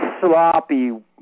sloppy